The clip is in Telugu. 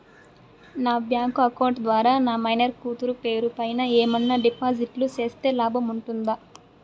నా బ్యాంకు అకౌంట్ ద్వారా నా మైనర్ కూతురు పేరు పైన ఏమన్నా డిపాజిట్లు సేస్తే లాభం ఉంటుందా?